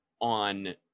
on